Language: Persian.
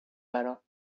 برام